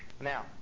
Now